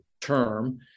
term